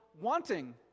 wanting